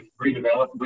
redevelop